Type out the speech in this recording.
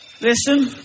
Listen